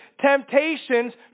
Temptations